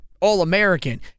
All-American